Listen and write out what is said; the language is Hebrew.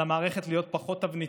על המערכת להיות פחות תבניתית,